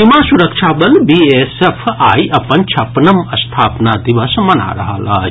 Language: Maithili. सीमा सुरक्षा बल बीएसएफ आइ अपन छप्पनम् स्थापना दिवस मना रहल अछि